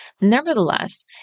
Nevertheless